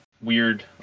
weird